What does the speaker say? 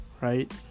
right